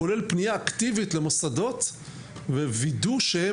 כולל פנייה אקטיבית למוסדות ולוודא שהם